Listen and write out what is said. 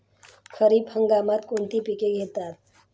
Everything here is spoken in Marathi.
खरीप हंगामात कोणती पिके घेतात?